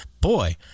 boy